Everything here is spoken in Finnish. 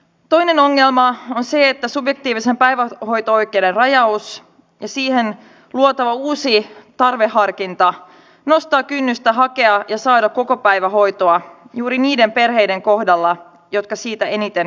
toinen ongelma on se että subjektiivisen päivähoito oikeuden rajaus ja siihen luotava uusi tarveharkinta nostavat kynnystä hakea ja saada kokopäivähoitoa juuri niiden perheiden kohdalla jotka siitä eniten hyötyisivät